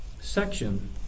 section